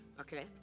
Okay